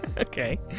Okay